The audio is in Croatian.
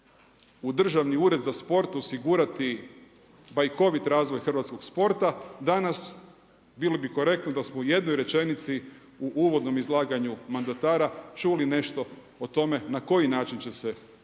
u Državni ured za sport osigurati bajkovit razvoj hrvatskog sporta danas bili bi korektni da smo u jednoj rečenici u uvodnom izlaganju mandatara čuli nešto o tome na koji način će se